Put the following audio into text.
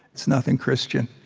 it's nothing christian.